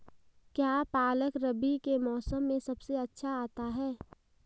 क्या पालक रबी के मौसम में सबसे अच्छा आता है?